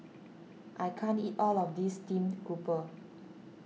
I can't eat all of this Steamed Grouper